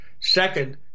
Second